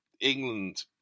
England